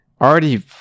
already